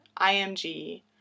img